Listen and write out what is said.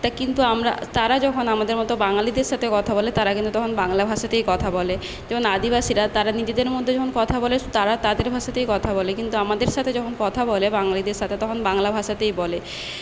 তা কিন্তু আমরা তারা যখন আমাদের মতো বাঙালিদের সাথে কথা বলে তারা তখন কিন্তু বাংলা ভাষাতেই কথা বলে যেমন আদিবাসীরা তারা নিজেদের মধ্যে যখন কথা বলে তারা তাদের ভাষাতেই কথা বলে কিন্তু আমাদের সাথে যখন কথা বলে বাঙালিদের সাথে তখন বাংলা ভাষাতেই বলে